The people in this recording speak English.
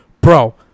bro